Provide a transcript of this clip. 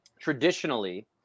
traditionally